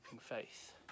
Faith